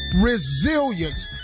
Resilience